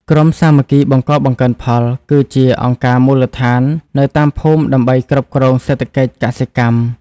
ក្រុមសាមគ្គីបង្កបង្កើនផល គឺជាអង្គការមូលដ្ឋាននៅតាមភូមិដើម្បីគ្រប់គ្រងសេដ្ឋកិច្ចកសិកម្ម។